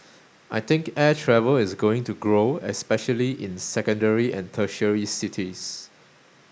I think air travel is going to grow especially in secondary and tertiary cities